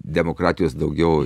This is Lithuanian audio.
demokratijos daugiau